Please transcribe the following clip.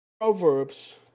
Proverbs